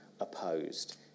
opposed